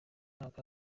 mwaka